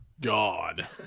god